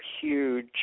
huge